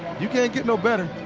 you can't get no better.